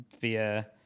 via